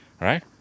Right